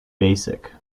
basic